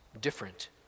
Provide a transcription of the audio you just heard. different